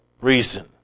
reason